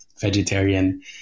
vegetarian